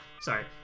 sorry